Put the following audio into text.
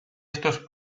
estos